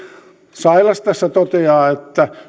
sailas tässä toteaa että